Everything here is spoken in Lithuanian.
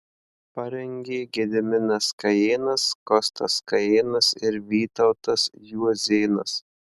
parengė gediminas kajėnas kostas kajėnas ir vytautas juozėnas